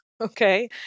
Okay